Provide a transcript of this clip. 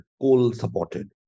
coal-supported